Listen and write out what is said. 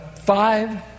five